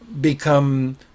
become